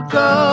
go